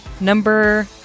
number